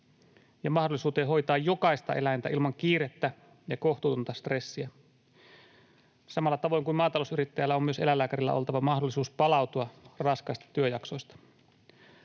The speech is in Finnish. ja mahdollisuuteen hoitaa jokaista eläintä ilman kiirettä ja kohtuutonta stressiä. Samalla tavoin kuin maatalousyrittäjällä, on myös eläinlääkärillä oltava mahdollisuus palautua raskaista työjaksoista.